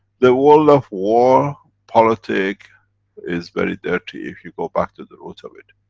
the world of war politic is very dirty, if you go back to the root of it.